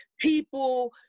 people